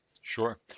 Sure